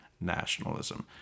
nationalism